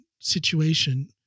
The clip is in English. situation